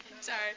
Sorry